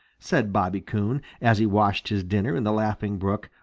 said bobby coon, as he washed his dinner in the laughing brook,